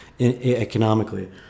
economically